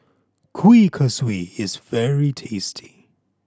Kuih Kaswi is very tasty